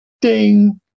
ding